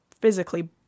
physically